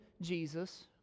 Jesus